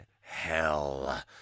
hell